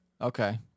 Okay